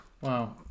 Wow